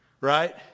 right